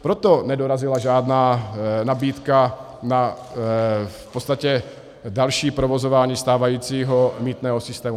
Proto nedorazila žádná nabídka na další provozování stávajícího mýtného systému.